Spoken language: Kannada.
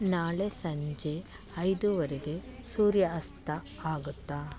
ನಾಳೆ ಸಂಜೆ ಐದುವರೆಗೆ ಸೂರ್ಯಾಸ್ತ ಆಗುತ್ತಾ